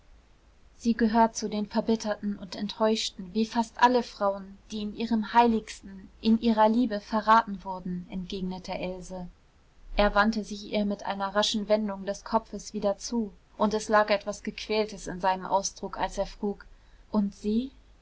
sie gehört zu den verbitterten und enttäuschten wie fast alle frauen die in ihrem heiligsten in ihrer liebe verraten wurden entgegnete else er wandte sich ihr mit einer raschen wendung des kopfes wieder zu und es lag etwas gequältes in seinem ausdruck als er frug und sie